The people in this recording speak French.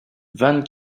vingt